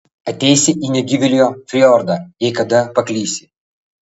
ateisi į negyvėlio fjordą jei kada paklysi